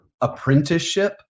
apprenticeship